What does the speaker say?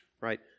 Right